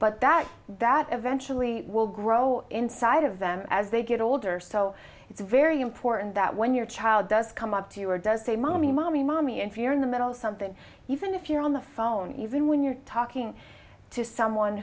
but that that eventually will grow inside of them as they get older so it's very important that when your child does come up to you or does say mommy mommy mommy and fear in the middle of something even if you're on the phone even when you're talking to someone